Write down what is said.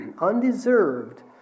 Undeserved